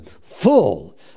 full